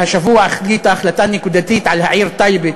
והשבוע היא החליטה החלטה נקודתית על העיר טייבה,